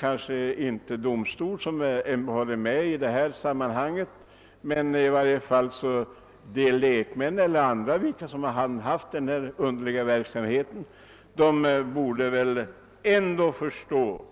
Kanske det inte är domstol som sanktionerar dylikt handlande, men de lekmän eller andra som handhaft denna verksamhet borde förstå